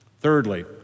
Thirdly